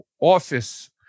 office